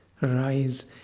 rise